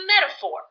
metaphor